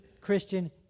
Christian